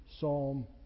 Psalm